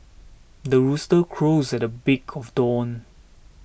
the rooster crows at the break of dawn